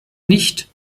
nicht